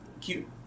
Cute